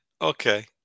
Okay